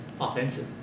offensive